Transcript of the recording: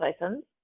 license